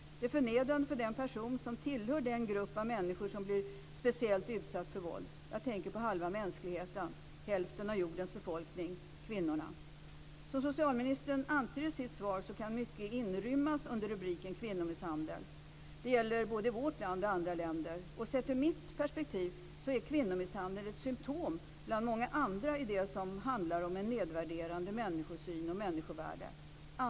Det är förnedrande för de personer som tillhör den grupp av människor som blir speciellt utsatt för våld - jag tänker på halva mänskligheten, hälften av jordens befolkning, kvinnorna. Som socialministern antyder i sitt svar kan mycket inrymmas under rubriken kvinnomisshandel. Det gäller både i vårt land och i andra länder. Ur mitt perspektiv sett är kvinnomisshandel ett symtom bland många andra som handlar om en nedvärderande människosyn och att tillskriva någon mindre människovärde.